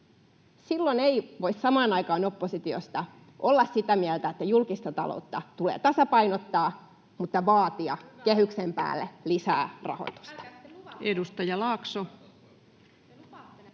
Silloin ei voi samaan aikaan oppositiosta olla sitä mieltä, että julkista taloutta tulee tasapainottaa, mutta vaatia kehyksen päälle lisää rahoitusta.